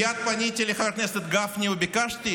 מייד פניתי לחבר הכנסת גפני וביקשתי,